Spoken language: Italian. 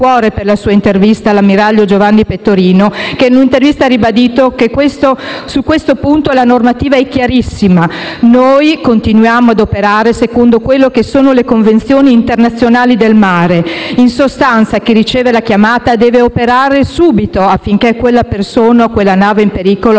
che ringrazio veramente di cuore - in un'intervista ha ribadito che su questo punto la normativa è chiarissima: «Noi continuiamo ad operare secondo quelle che sono le convenzioni internazionali del mare». In sostanza, chi riceve la chiamata, «deve operarsi subito affinché quella persona o quella nave in pericolo possano